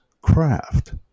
craft